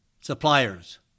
suppliers